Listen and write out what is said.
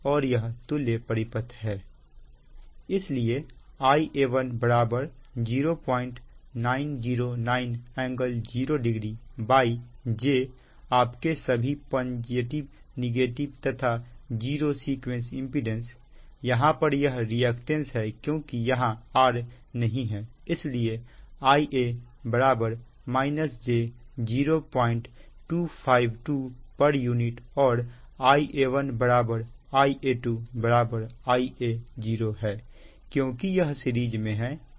इसलिए Ia1 0909∟00 j आपके सभी पॉजिटिव नेगेटिव तथा जीरो सीक्वेंस इंपीडेंस यहां पर यह रिएक्टेंस है क्योंकि यहां R नहीं है इसलिए Ia j 0252 pu और Ia1 Ia2 Ia0 है क्योंकि यह सीरीज में है